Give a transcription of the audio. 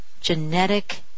genetic